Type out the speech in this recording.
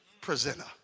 presenter